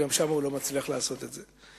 וגם שם הוא לא מצליח לעשות את זה.